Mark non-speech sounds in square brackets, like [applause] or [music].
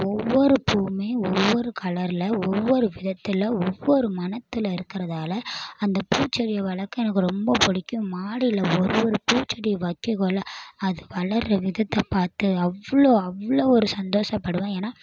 ஒவ்வொருப் பூவுமே ஒவ்வொரு கலரில் ஒவ்வொரு விதத்தில் ஒவ்வொரு மணத்தில் இருக்கிறதால அந்தப் பூச்செடியை வளர்க்க எனக்கு ரொம்ப பிடிக்கும் மாடியில ஒவ்வொருப் பூச்செடி [unintelligible] அது வளர்ற விதத்தை பார்த்து அவ்வளோ அவ்வளோ ஒரு சந்தோஷப்படுவேன் ஏன்னா